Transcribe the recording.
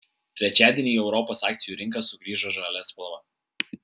trečiadienį į europos akcijų rinką sugrįžo žalia spalva